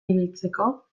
ibiltzeko